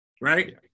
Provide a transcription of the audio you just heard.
right